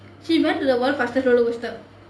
she went to the world fastest rollercoaster